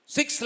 Six